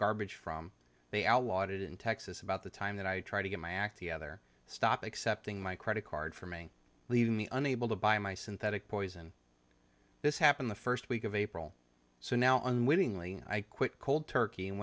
garbage from they outlawed it in texas about the time that i try to get my act together stop accepting my credit card for me leaving me unable to buy my synthetic poison this happened the first week of april so now unwittingly i quit cold turkey and